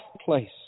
place